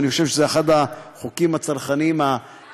אני חושב שזה אחד החוקים הצרכניים החשובים,